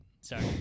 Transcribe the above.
sorry